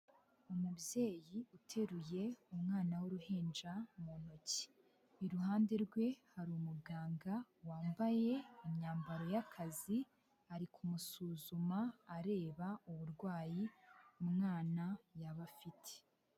Umubyeyi uteruye umwana w'uruhinja, mu ntoki. Iruhande rwe hari umuganga wambaye imyambaro y'akazi, ari kumusuzuma areba uburwayi umwana yaba afite.